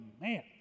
man